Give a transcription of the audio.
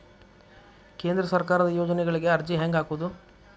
ಕೇಂದ್ರ ಸರ್ಕಾರದ ಯೋಜನೆಗಳಿಗೆ ಅರ್ಜಿ ಹೆಂಗೆ ಹಾಕೋದು?